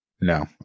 no